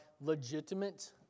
legitimate